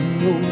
no